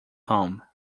home